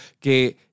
Que